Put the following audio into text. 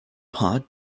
pot